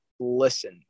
listen